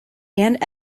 and